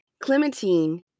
Clementine